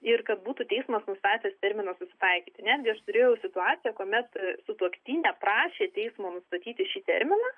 ir kad būtų teismas nustatęs terminą susitaikyti netgi aš turėjau situaciją kuomet sutuoktinė prašė teismo nustatyti šį terminą